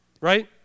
right